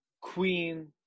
Queen